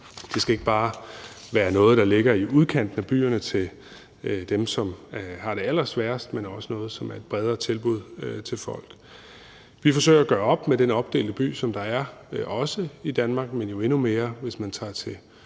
Det skal ikke bare være noget, der ligger i udkanten af byerne, til dem, som har det allersværest, men også noget, som er et bredere tilbud til folk. Vi forsøger at gøre op med den opdelte by, der er, også i Danmark, men jo endnu mere, hvis man tager til